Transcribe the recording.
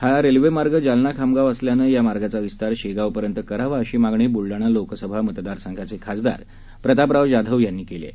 हा रेल्वेमार्ग जालना खामगाव असल्यामुळे या मार्गाचा विस्तार शेगावपर्यंत करावा अशी मागणी बुलडाणा लोकसभा मतदार संघाचे खासदार प्रतापराव जाधव यांनी केली आहे